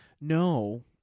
No